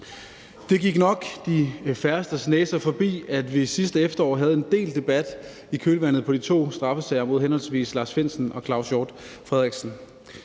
Det gik nok de færrestes næser forbi, at vi sidste efterår havde en del debat i kølvandet på de to straffesager mod henholdsvis Lars Findsen og Claus Hjort Frederiksen.